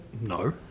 No